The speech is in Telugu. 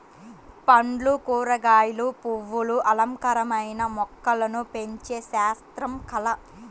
పండ్లు, కూరగాయలు, పువ్వులు అలంకారమైన మొక్కలను పెంచే శాస్త్రం, కళ